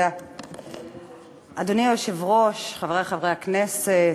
אדוני היושב-ראש, חברי חברי הכנסת,